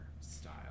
style